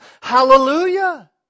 Hallelujah